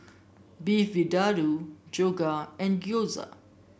Beef Vindaloo Dhokla and Gyoza